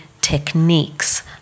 techniques